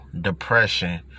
depression